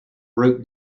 rope